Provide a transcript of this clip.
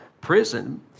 prison